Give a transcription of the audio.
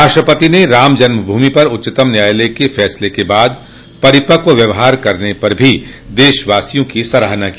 राष्ट्रपति ने राम जन्मभूमि पर उच्चतम न्यायालय के फसले के बाद परिपक्व व्यवहार करने पर भी देशवासियों की सराहना की